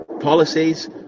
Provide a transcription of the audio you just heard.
policies